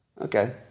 Okay